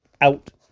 out